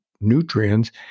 nutrients